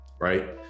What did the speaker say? right